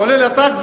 כולל אותך,